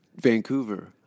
Vancouver